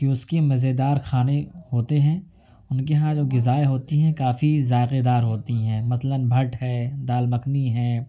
کہ اس کی مزے دار کھانے ہوتے ہیں ان کے یہاں جو غذائیں ہوتی ہیں کافی ذائقے دار ہوتی ہیں مثلاََ بھٹ ہے دال مکھنی ہے